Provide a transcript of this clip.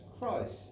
christ